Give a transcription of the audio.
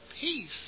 peace